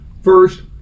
First